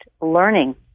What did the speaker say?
learning